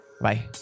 Bye